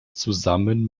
zusammen